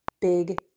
big